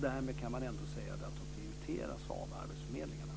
Därmed kan man säga att de prioriteras av arbetsförmedlingarna.